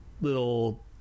little